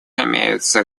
имеются